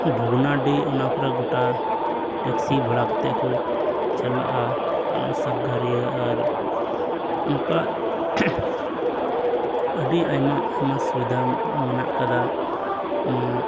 ᱵᱷᱚᱜᱽᱱᱟᱰᱤ ᱚᱱᱟ ᱠᱚᱨᱮ ᱜᱳᱴᱟ ᱴᱮᱠᱥᱤ ᱵᱷᱟᱲᱟ ᱠᱟᱛᱮᱫ ᱠᱚ ᱪᱟᱞᱟᱜᱼᱟ ᱟᱨ ᱥᱟᱸᱜᱷᱟᱨᱤᱭᱟᱹ ᱟᱨ ᱱᱚᱝᱠᱟ ᱟᱹᱰᱤ ᱟᱭᱢᱟ ᱟᱭᱢᱟ ᱥᱩᱵᱤᱫᱷᱟ ᱢᱮᱱᱟᱜ ᱠᱟᱫᱟ ᱱᱚᱣᱟ